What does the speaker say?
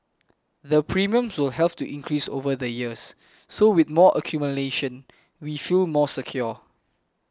the premiums will have to increase over the years so with more accumulation we feel more secure